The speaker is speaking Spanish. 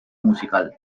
musical